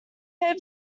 hope